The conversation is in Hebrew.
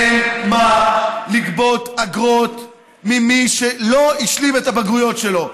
אין מה לגבות אגרות ממי שלא השלים את הבגרויות שלו.